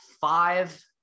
five